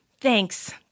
Thanks